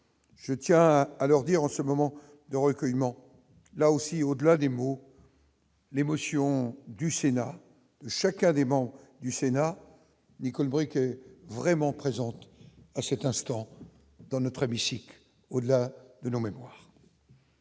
je tiens à leur dire en ce moment de recueillement, là aussi, au-delà des mots. L'émotion du Sénat chacun des du Sénat Nicole Bricq est vraiment présente à cet instant dans notre hémicycle au-delà de nos mémoires.